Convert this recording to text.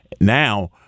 Now